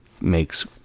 makes